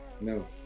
No